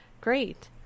Great